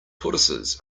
tortoises